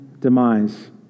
demise